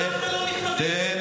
תראה, אני רוצה להסביר לך משהו.